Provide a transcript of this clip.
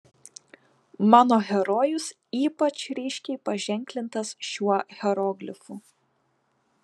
mano herojus ypač ryškiai paženklintas šiuo hieroglifu